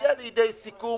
הגיע לידי סיכום